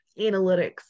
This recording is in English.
analytics